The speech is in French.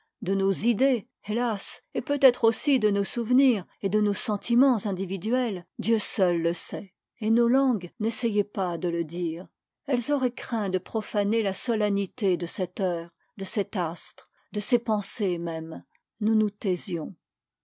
de nos idées hélas et peut-être aussi de nos souvenirs et de nos sentimens individuels dieu seul le sait et nos langues n'essayaient pas de le dire elles auraient craint de profaner la solennité de cette heure de cet astre de ces pensées mêmes nous nous taisions